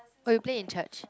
oh you play in church